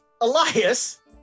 Elias